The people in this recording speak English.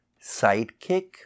sidekick